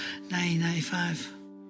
1995